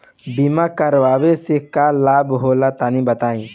बीमा करावे से का लाभ होला तनि बताई?